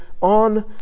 on